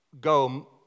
go